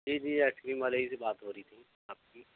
جی جی ice cream والے ہی سے بات ہو رہی تھی آپ کی